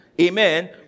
Amen